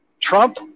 Trump